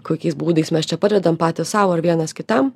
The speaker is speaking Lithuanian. kokiais būdais mes čia padedam patys sau ar vienas kitam